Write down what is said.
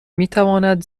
میتواند